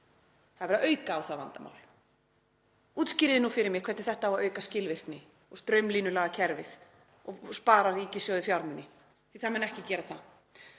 Það er verið að auka á það vandamál. Útskýrið nú fyrir mér hvernig þetta á að auka skilvirkni og straumlínulaga kerfið og spara ríkissjóði fjármuni, því að það mun ekki gera það.